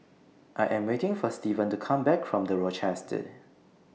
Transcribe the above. I Am waiting For Steven to Come Back from The Rochester